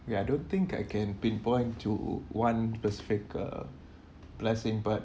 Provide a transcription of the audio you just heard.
ya I don't think I can pinpoint to one specific uh blessing but